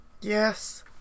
Yes